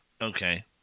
Okay